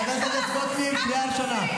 חברת הכנסת גוטליב, קריאה ראשונה.